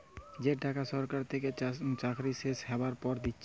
যে টাকা সরকার থেকে চাকরি শেষ হ্যবার পর দিচ্ছে